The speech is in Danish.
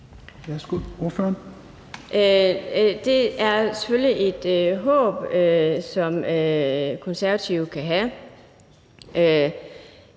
Det er selvfølgelig et håb, som De Konservative kan have.